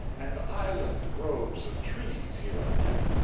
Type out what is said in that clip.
and island groves of trees here and there,